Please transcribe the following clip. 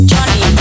Johnny